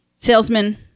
salesman